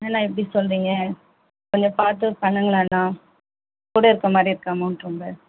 என்ன அண்ணா இப்படி சொல்லுறீங்க கொஞ்சம் பார்த்து பண்ணுங்களேன்னா கூட இருக்கிற மாதிரி இருக்கு அமௌன்ட் ரொம்ப